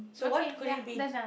so what could it be